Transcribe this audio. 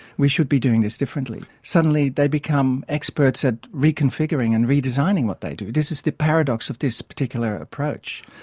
we should be doing this differently. suddenly they become experts at reconfiguring and redesigning what they do. this is the paradox of this particular approach.